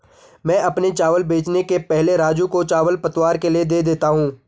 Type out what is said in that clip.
मैं अपने चावल बेचने के पहले राजू को चावल पतवार के लिए दे देता हूं